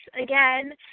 again